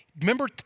remember